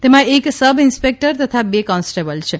તેમાં એક sub inspector તથા બે કોન્સ્ટેબલ છે